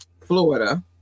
Florida